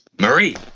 Marie